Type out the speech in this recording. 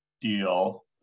deal